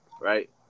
right